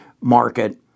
market